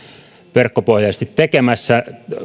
verkkopohjaisesti tekemässä